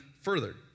further